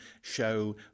show